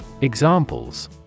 Examples